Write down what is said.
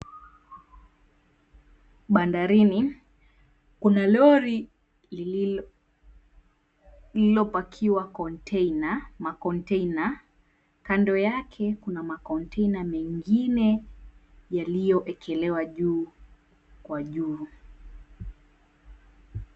Bandarini, kuna lori lililopakiwa macontainer, kando yake kuna macontainer mengine yaliyoekelewa juu kwa juu.